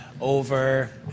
over